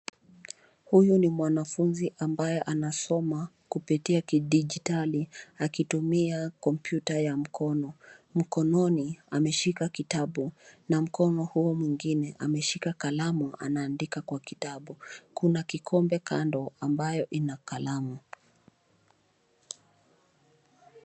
Huyu ni mwanafunzi ambaye anasoma kupitia kidijitali akitumia kompyuta ya mkono. Mkononi ameshika kitabu na mkono huo mwingine ameshika kalamu anaandika kwa kitabu. Kuna kikombe kando ambayo ina kalamu.